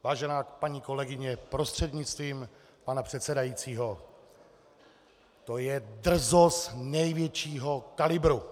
Vážená paní kolegyně prostřednictvím pana předsedajícího, to je drzost největšího kalibru!